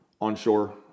onshore